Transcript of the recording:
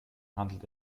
handelt